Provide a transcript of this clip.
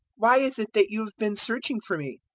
why is it that you have been searching for me?